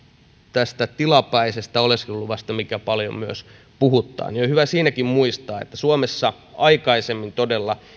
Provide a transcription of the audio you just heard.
tästä tilapäisestä oleskeluluvasta joka myös paljon puhuttaa on hyvä siinäkin muistaa että suomessa aikaisemmin todella